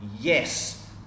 yes